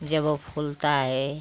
जब वो फूलता है